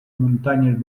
muntanyes